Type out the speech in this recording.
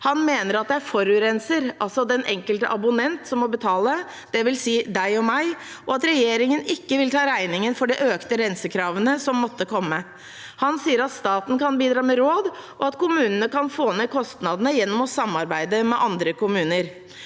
Han mener at det er «forurenser», altså den enkelte abonnent, som må betale, dvs. deg og meg, og at regjeringen ikke vil ta regningen for de økte rensekravene som måtte komme. Han sier at staten kan bidra med råd, og at kommunene kan få ned kostnadene gjennom å samarbeide med andre kommuner.